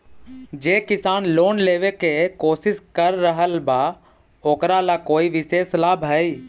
जे किसान लोन लेवे के कोशिश कर रहल बा ओकरा ला कोई विशेष लाभ हई?